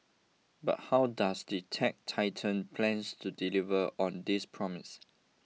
but how does the tech titan plans to deliver on this promise